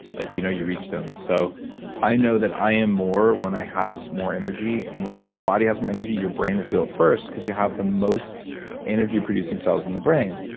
like you know you reached them so i know that i am more when i have more energy, and when your body has more energy, your brain will feel it first because you have the most energyproducing cells in the brain.